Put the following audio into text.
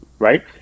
right